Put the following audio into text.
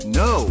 no